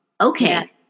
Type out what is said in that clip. Okay